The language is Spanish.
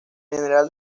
general